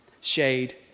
Shade